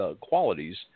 qualities